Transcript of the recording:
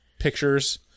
Pictures